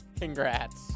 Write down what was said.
Congrats